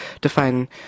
define